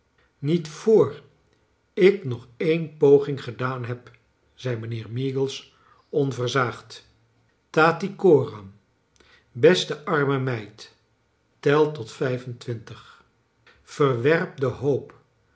niet voor ik nog een poging gedaan heb zei mijnheer m eagles onversaagd tattycorarn beste arme meid tel tot vijfentwintig yerwerp de hoop